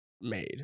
made